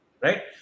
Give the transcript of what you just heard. Right